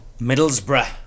Middlesbrough